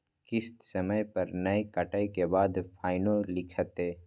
किस्त समय पर नय कटै के बाद फाइनो लिखते?